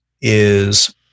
is-